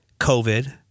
COVID